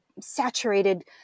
saturated